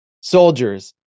soldiers